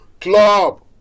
Club